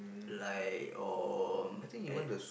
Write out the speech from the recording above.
like or at